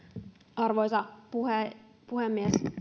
arvoisa puhemies